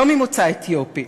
לא ממוצא אתיופי.